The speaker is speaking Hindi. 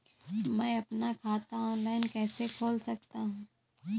मैं अपना खाता ऑफलाइन कैसे खोल सकता हूँ?